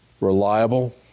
reliable